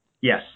Yes